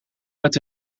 met